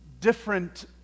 different